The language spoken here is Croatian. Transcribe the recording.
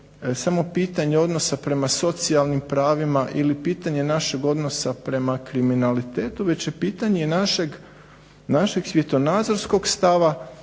samo pitanje odnosa prema socijalnim pravima ili pitanje našeg odnosa prema kriminalitetu već je pitanje i našeg svjetonadzorskog stava,